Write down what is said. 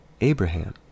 Abraham